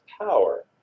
power